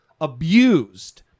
abused